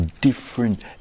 different